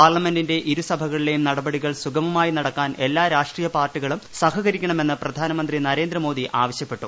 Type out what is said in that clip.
പാർലമെന്റിന്റെ ഇരുസഭകളിലെയും നടപടികൾ സുഗമമായി നടക്കാൻ എല്ലാ രാഷ്ട്രീയ പാർട്ടികളും സഹകരിക്കണമന്ന് പ്രധാനമന്ത്രി നരേന്ദ്രമോദി ആവശ്യപ്പെട്ടു